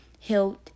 health